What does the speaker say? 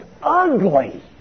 ugly